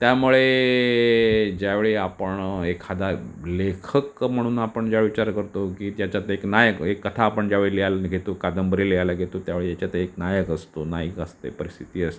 त्यामुळे ज्यावेळी आपण एखादा लेखक म्हणून आपण ज्याव विचार करतो की त्याच्यात एक नायक एक कथा आपण ज्यावेळी लिहायला घेतो कादंबरी लिहायला घेतो त्यावेळी त्याच्यात एक नायक असतो नायिका असते परिस्थिती असते